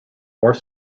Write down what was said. more